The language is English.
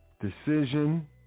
decision